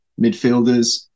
midfielders